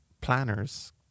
planners